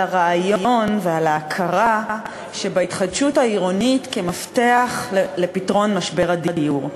הרעיון ועל ההכרה בהתחדשות העירונית כמפתח לפתרון משבר הדיור.